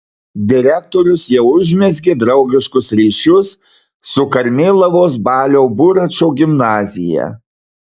direktorius jau užmezgė draugiškus ryšius su karmėlavos balio buračo gimnazija